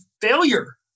failure